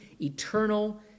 eternal